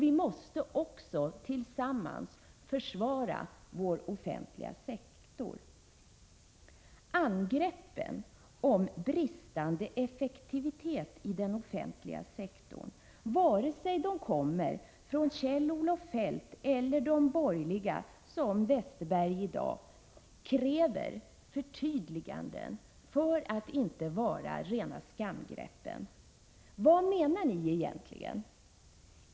Vi måste också tillsammans försvara vår offentliga sektor. Angreppen om bristande effektivitet i den offentliga sektorn, vare sig de kommer från Kjell-Olof Feldt eller de borgerliga, som från Bengt Westerberg i dag, kräver förtydliganden för att inte vara rena skamgrepp. Vad menar ni egentligen?